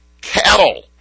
cattle